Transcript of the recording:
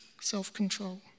self-control